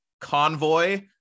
convoy